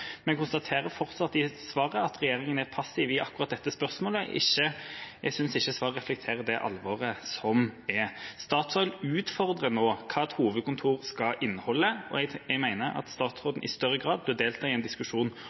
men konstaterer fortsatt i dette svaret at regjeringa er passiv i akkurat dette spørsmålet. Jeg synes ikke svaret reflekterer det alvoret som er. Statoil utfordrer nå hva et hovedkontor skal inneholde, og jeg mener at statsråden i større grad bør delta i en diskusjon